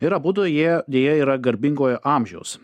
ir abudu jie deja yra garbingojo amžiaus